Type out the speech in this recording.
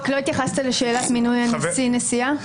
רק לא התייחסת לשאלת מינוי נשיא/נשיאה,